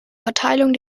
verteilung